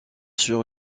sur